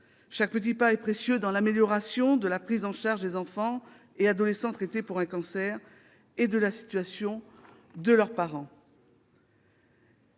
Chaque petit pas est précieux dans l'amélioration de la prise en charge des enfants et adolescents traités pour un cancer et de la situation de leurs parents.